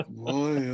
boy